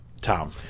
Tom